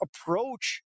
approach